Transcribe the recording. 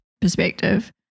perspective